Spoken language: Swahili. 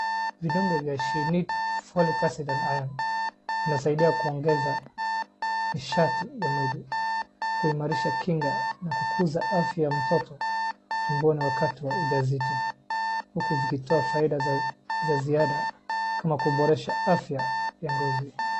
Vidonge vya she need folic acid and iron , vinasaidia kuongeza nishati ya mwili, kuimarisha kinga na kukuza afya ya mtoto tumboni wakati wa ujauzito, huku vikitoa faida za ziada kama kuboresha afya ya ngozi.